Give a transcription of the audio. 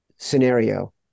Scenario